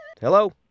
Hello